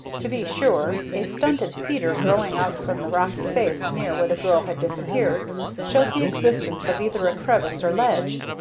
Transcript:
to be sure, a stunted cedar growing out from the rocky face near where the girl had disappeared showed the existence of either a crevice or ledge,